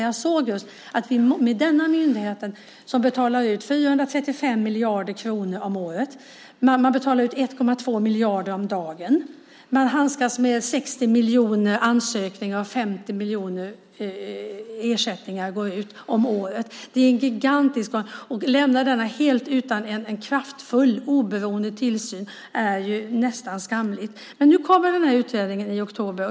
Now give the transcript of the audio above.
Jag såg denna myndighet, som betalar ut 435 miljarder kronor om året, 1,2 miljarder om dagen, som handskas med 60 miljoner ansökningar och 50 miljoner ersättningar om året. Det är en gigantisk organisation. Att lämna denna organisation helt utan en kraftfull oberoende tillsyn är nästan skamligt. Nu kommer utredningen i oktober.